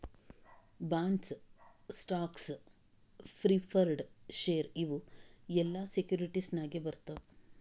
bonds, stocks, preferred share ಇವು ಎಲ್ಲಾ securities ನಾಗೆ ಬರ್ತಾವ್